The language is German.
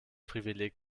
privileg